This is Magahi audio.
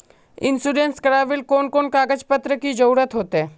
इंश्योरेंस करावेल कोन कोन कागज पत्र की जरूरत होते?